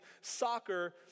soccer